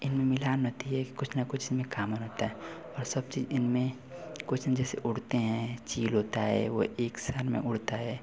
इनमें मिलान अथि है कि कुछ ना कुछ इनमें कॉमन होता है और सब चीज़ इनमें कुछ ना जैसे उड़ते हैं चील होता है वह एकसन में उड़ता है